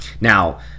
Now